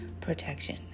protection